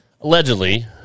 allegedly